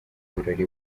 birori